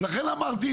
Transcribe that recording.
ולכן אמרתי,